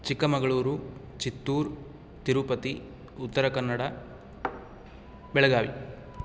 Chikkamagaluru Chittoor Tirupati Uttara Kannada Belagavi